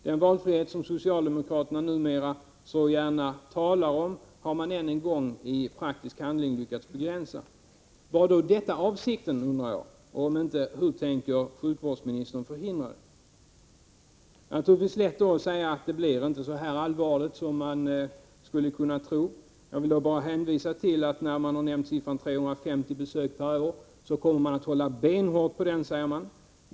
Den valfrihet som socialdemokraterna numera så gärna talar om har de ännu en gång i praktisk handling lyckats begränsa. Var detta avsikten? Om inte, hur tänker sjukvårdsministern förhindra det? Det är naturligtvis lätt att säga att det inte blir så allvarligt som man skulle kunna tro. Jag vill då bara hänvisa till, att när antalet 350 besök per år har nämnts har man sagt att man kommer att hålla benhårt på det.